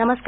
नमस्कार